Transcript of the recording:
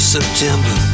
September